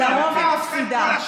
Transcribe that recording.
לרוב היא מפסידה.